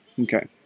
Okay